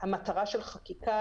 המטרה של חקיקה,